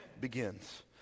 begins